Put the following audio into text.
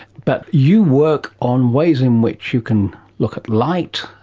but you work on ways in which you can look at light,